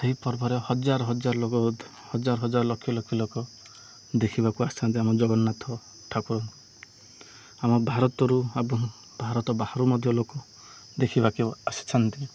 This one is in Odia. ସେହି ପର୍ବରେ ହଜାର ହଜାର ଲ ହଜାର ହଜାର ଲକ୍ଷ ଲକ୍ଷ ଲୋକ ଦେଖିବାକୁ ଆସିଥାନ୍ତି ଆମ ଜଗନ୍ନାଥ ଠାକୁର ଆମ ଭାରତରୁ ଆ ଭାରତ ବାହାରୁ ମଧ୍ୟ ଲୋକ ଦେଖିବାକେ ଆସିଛନ୍ତି